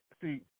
see